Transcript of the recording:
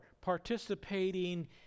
participating